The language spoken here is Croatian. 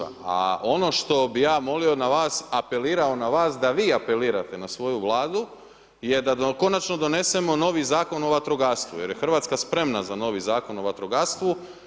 A ono što bih ja molio na vas, apelirao na vas, da vi apelirate na svoju Vladu jer da Konačno donesemo novi Zakon o vatrogastvu jer je RH spremna za novi Zakon o vatrogastvu.